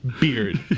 beard